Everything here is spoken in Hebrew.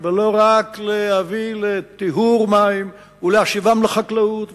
ולא רק להביא לטיהור מים ולהשיבם לחקלאות.